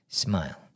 smile